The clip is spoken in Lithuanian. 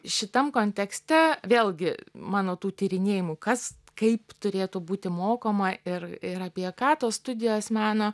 šitam kontekste vėlgi mano tų tyrinėjimų kas kaip turėtų būti mokoma ir ir apie ką tos studijos meno